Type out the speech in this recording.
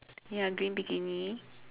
ya green bikini